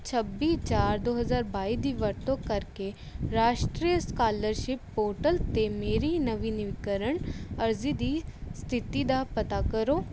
ਛੱਬੀ ਚਾਰ ਦੋ ਹਜ਼ਾਰ ਬਾਈ ਦੀ ਵਰਤੋਂ ਕਰਕੇ ਰਾਸ਼ਟਰੀ ਸਕਾਲਰਸ਼ਿਪ ਪੋਰਟਲ 'ਤੇ ਮੇਰੀ ਨਵੀਨੀਕਰਨ ਅਰਜ਼ੀ ਦੀ ਸਥਿਤੀ ਦਾ ਪਤਾ ਕਰੋ